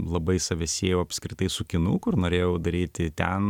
labai save siejau apskritai su kinu kur norėjau daryti ten